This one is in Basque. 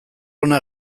ona